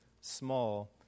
small